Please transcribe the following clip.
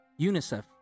UNICEF